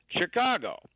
Chicago